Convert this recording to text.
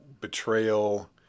betrayal